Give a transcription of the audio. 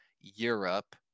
Europe